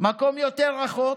מקום יותר רחוק,